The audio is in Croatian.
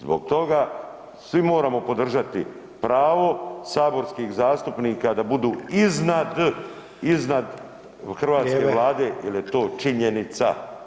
Zbog toga svi moramo podržati pravo saborskih zastupnika da budu iznad, iznad Hrvatske vlade [[Upadica: Vrijeme.]] jer je to činjenica.